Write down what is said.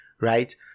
right